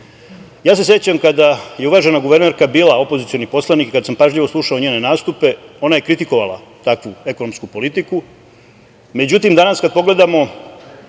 se kada je uvažena guvernerka bila opozicioni poslanik, kada sam pažljivo slušao njene nastupe, ona je kritikovala takvu ekonomsku politiku.